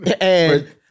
And-